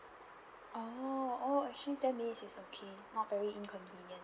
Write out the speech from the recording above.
orh orh actually ten minutes is okay not very inconvenient